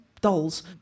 dolls